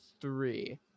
three